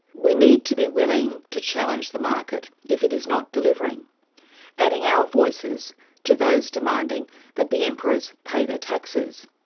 we need to be willing to challenge the market if it is not delivering adding our voices to those demanding that the emperors pay their taxes,